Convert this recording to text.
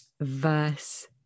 verse